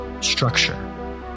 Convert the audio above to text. structure